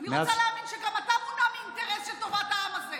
אני רוצה להאמין שגם אתה מונע מאינטרס של טובת העם הזה,